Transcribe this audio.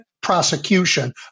prosecution